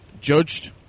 judged